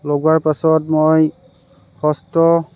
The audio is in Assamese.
লগোৱাৰ পাছত মই ষষ্ঠ